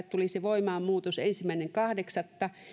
tulisi voimaan ensimmäinen kahdeksatta